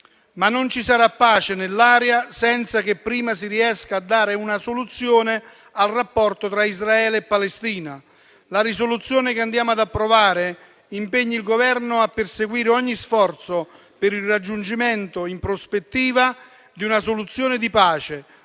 Ma non ci sarà pace nell'area senza che prima si riesca a dare una soluzione al rapporto tra Israele e Palestina. La risoluzione che andiamo ad approvare impegna il Governo a perseguire ogni sforzo per il raggiungimento, in prospettiva, di una soluzione di pace